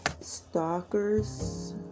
stalkers